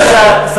בדיוק,